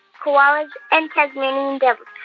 koalas and tasmanian devils